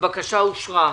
הבקשה אושרה.